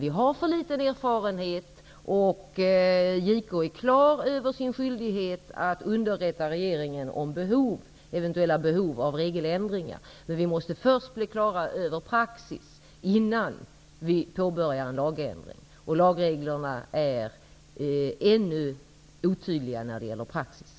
Vi har för liten erfarenhet. JK är klar över sin skyldighet att underrätta regeringen om eventuella behov av regeländringar. Men vi måste först bli klara över praxis, innan vi påbörjar en lagändring. Lagreglerna är otydliga när det gäller praxis.